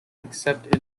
except